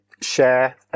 share